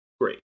great